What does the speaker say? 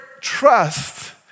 trust